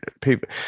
people